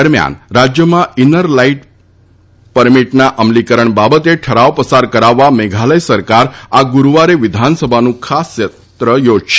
દરમિયાન રાજયમાં inner line પરમિટના અમલીકરણ બાબતે ઠરાવ પસાર કરાવવા મેઘાલય સરકાર આ ગુરૂવારે વિધાનસભાનું ખાસ સત્ર યોજશે